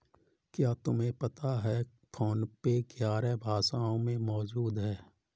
क्या तुम्हें पता है फोन पे ग्यारह भाषाओं में मौजूद है?